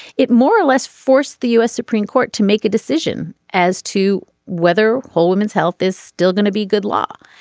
it more or less forced the u s. supreme court to make a decision as to whether women's health is still going to be good law.